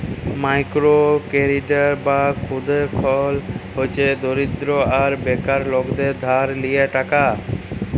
micro credit বা ক্ষুদা ঋল হছে দরিদ্র আর বেকার লকদের ধার লিয়া টাকা